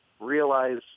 realize